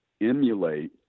emulate